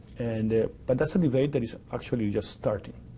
and but that's a debate that is actually just starting.